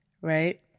right